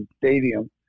stadium